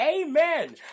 Amen